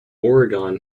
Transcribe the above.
oregon